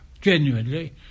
genuinely